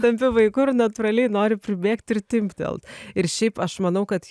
tampi vaiku ir natūraliai nori pribėgt ir timptelt ir šiaip aš manau kad